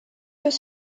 peut